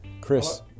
Chris